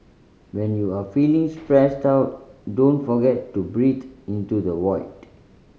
when you are feeling stressed out don't forget to breathe into the void